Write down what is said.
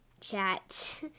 chat